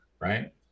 right